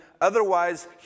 Otherwise